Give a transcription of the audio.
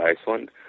Iceland